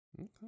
Okay